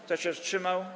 Kto się wstrzymał?